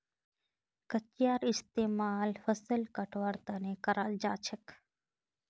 कचियार इस्तेमाल फसल कटवार तने कराल जाछेक